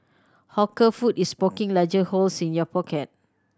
hawker food is poking larger holes in your pocket